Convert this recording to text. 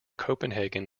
copenhagen